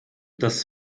das